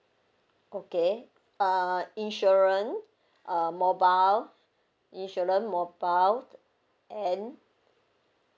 okay uh insurance uh mobile insurance mobile and